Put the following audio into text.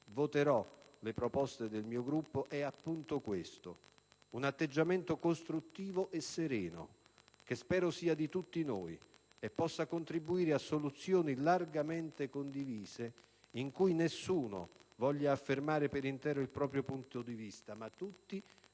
voterò le proposte del mio Gruppo, è appunto questo: un atteggiamento costruttivo e sereno che spero sia di tutti noi e possa contribuire a soluzioni largamente condivise in cui nessuno voglia affermare per intero il proprio punto di vista, ma tutti concorriamo